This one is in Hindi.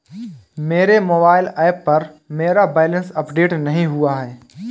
मेरे मोबाइल ऐप पर मेरा बैलेंस अपडेट नहीं हुआ है